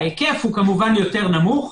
ההיקף הוא כמובן יותר נמוך,